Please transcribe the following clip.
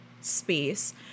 space